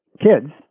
kids